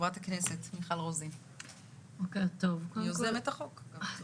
חברת הכנסת רוזין, מיוזמות החוק, בבקשה.